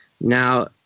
Now